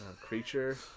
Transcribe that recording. creature